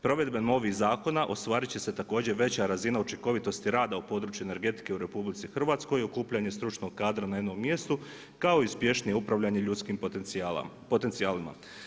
Provedbom ovih zakona, ostvariti će se također veća razina učinkovitosti rada u području energetike u RH, okupljanje stručnog kadra na jednom mjestu, kao i uspješnije upravljanje ljudskim potencijalima.